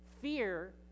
Fear